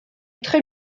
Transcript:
très